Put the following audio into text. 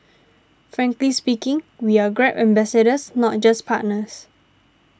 frankly speaking we are Grab ambassadors not just partners